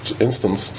instance